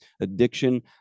addiction